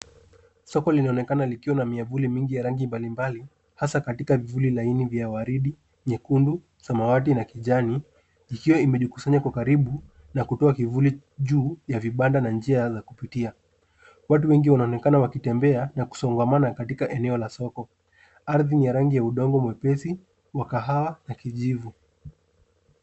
Soko linaonekana likiwa na miavuli mingi ya rangi mbalimbali, hasa katika vivuli laini vya waridi, nyekundu, samawati na kijani ikiwa imejikusanya kwa karibu na kutoa kivuli juu ya vibanda na njia za kupitia. Watu wengi wanaonekana wakitembea na kusongamana katika eneo la soko. Ardhi ni ya rangi ya udongo, mwepesi, wa kahawa na kijivu.